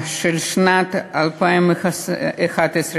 שנת 2011,